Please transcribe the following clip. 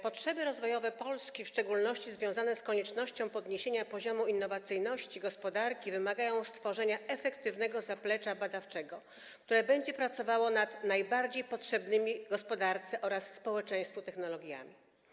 Potrzeby rozwojowe Polski, w szczególności związane z koniecznością podniesienia poziomu innowacyjności gospodarki, wymagają stworzenia efektywnego zaplecza badawczego, które będzie pracowało nad najbardziej potrzebnymi gospodarce oraz społeczeństwu technologiami.